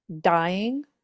dying